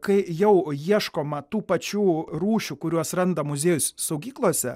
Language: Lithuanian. kai jau ieškoma tų pačių rūšių kuriuos randa muziejus saugyklose